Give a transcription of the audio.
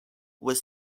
was